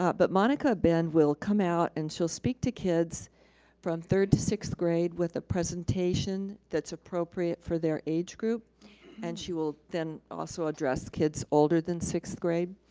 but monica abend will come out and she'll speak to kids from third to sixth grade with a presentation that's appropriate for their age group and she will then also address kids older than sixth grade.